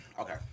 Okay